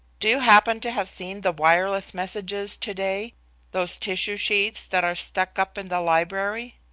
do you happen to have seen the wireless messages to-day those tissue sheets that are stuck up in the library?